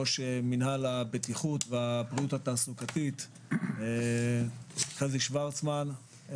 ראש מנהל הבטיחות והבריאות התעסוקתית חזי שוורצמן.